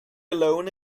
alone